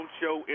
show